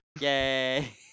Yay